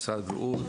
ממשרד הבריאות,